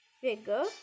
Figure